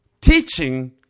teaching